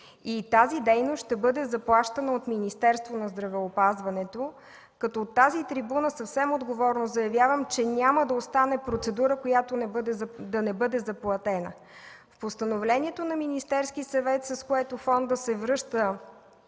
тази дейност ще бъде заплащана от Министерството на здравеопазването като от тази трибуна съвсем отговорно заявявам, че няма да остане процедура, която да не бъде заплатена. В Постановлението на Министерския съвет, с което фондът се връща